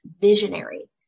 visionary